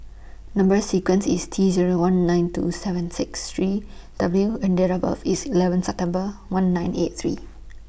Number sequence IS T Zero one nine two seven six three W and Date of birth IS eleven September one nine eight three